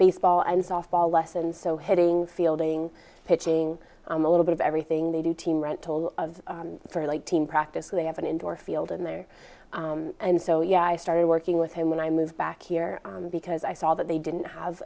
baseball and softball lessons so hitting fielding pitching on a little bit of everything they do team rent told of for like team practice and they have an indoor field in there and so yeah i started working with him when i moved back here because i saw that they didn't have